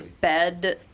bed